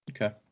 Okay